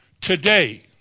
today